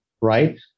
right